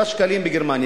כאן, 3 שקלים בגרמניה.